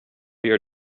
your